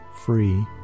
free